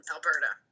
Alberta